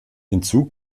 hinzu